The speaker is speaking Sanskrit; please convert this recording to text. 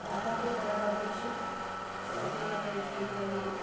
राधा गोपाळ् राव् दिक्षित् स्वप्नलता यश्वन्तराव् मोये